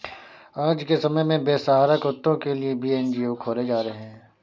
आज के समय में बेसहारा कुत्तों के लिए भी एन.जी.ओ खोले जा रहे हैं